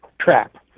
trap